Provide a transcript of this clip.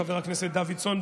חבר הכנסת דוידסון,